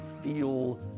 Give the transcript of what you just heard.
feel